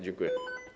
Dziękuję.